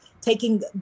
taking